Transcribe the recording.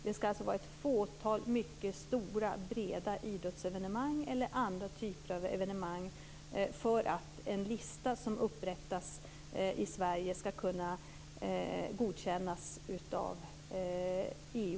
Det skall alltså vara ett fåtal mycket stora breda idrottsevenemang eller andra typer av evenemang för att en lista som upprättas i Sverige skall kunna godkännas av EU